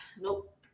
nope